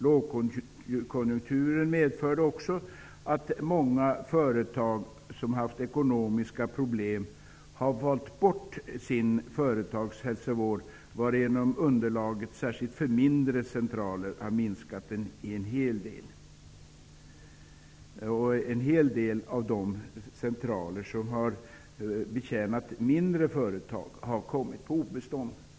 Lågkonjunkturen medförde också att många företag som haft ekonomiska problem har valt bort sin företagshälsovård, varigenom underlaget särskilt för mindre centraler har minskat. En hel del företagshälsovårdscentraler, särskilt sådana som har betjänat mindre företag, har kommit på obestånd.